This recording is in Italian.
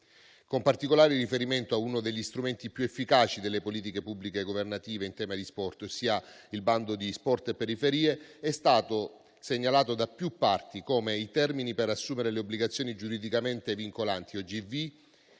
Con particolare riferimento a uno degli strumenti più efficaci delle politiche pubbliche governative in tema di sport, ossia il bando «Sport e periferie», è stato segnalato da più parti che i termini per assumere le obbligazioni giuridicamente vincolanti (OGV),